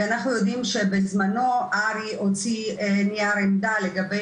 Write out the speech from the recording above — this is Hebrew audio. ואנחנו יודעים שבזמנו ארי הוציא נייר עמדה לגבי